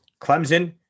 Clemson